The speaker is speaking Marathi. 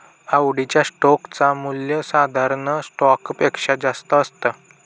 आवडीच्या स्टोक च मूल्य साधारण स्टॉक पेक्षा जास्त असत